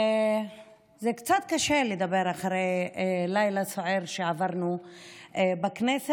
זה קצת קשה לדבר אחרי לילה סוער שעברנו בכנסת